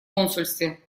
консульстве